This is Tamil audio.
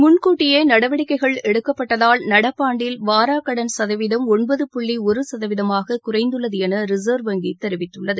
முன்கூட்டியே நடவடிக்கைகள் எடுக்கப்பட்டதால் நடப்பாண்டில் வாராக் கடன் சதவீதம் ஒன்பது புள்ளி ஒரு சதவீதமாக குறைந்துள்ளது என ரிசா்வ் வங்கி தெரிவித்துள்ளது